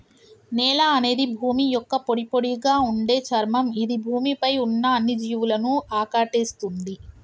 నేల అనేది భూమి యొక్క పొడిపొడిగా ఉండే చర్మం ఇది భూమి పై ఉన్న అన్ని జీవులను ఆకటేస్తుంది